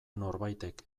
norbaitek